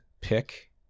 pick